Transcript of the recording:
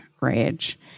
rage